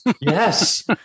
Yes